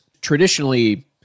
traditionally